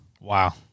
Wow